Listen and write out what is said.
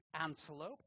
Antelope